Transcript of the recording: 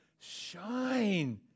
shine